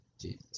Jesus